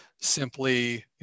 simply